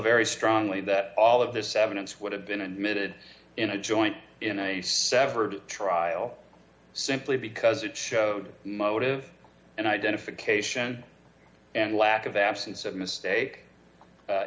very strongly that all of this evidence would have been admitted in a joint in a severed trial simply because it showed motive and identification and lack of absence of mistake